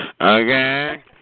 Okay